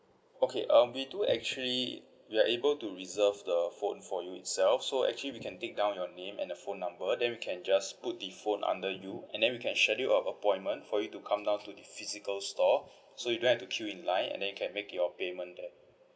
okay um we do actually we are able to reserve the phone for you itself so actually we can take down your name and the phone number then we can just put the phone under you and then we can schedule a appointment for you to come down to the physical store so you don't have to queue in line and then can make your payment there